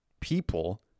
people